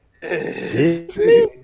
Disney